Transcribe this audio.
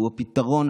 והוא הפתרון